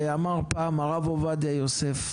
ואמר פעם הרבה עובדיה יוסף,